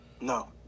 No